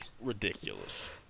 Ridiculous